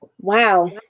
Wow